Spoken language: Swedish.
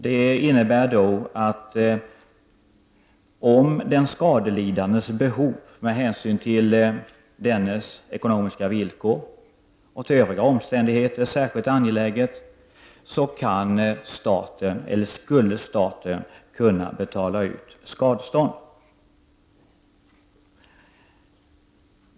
Det innebär att om den skadeståndslidandes behov med hänsyn till dennes ekonomiska villkor och övriga omständigheter är särskilt angeläget, skall staten kunna betala ut skadestånd.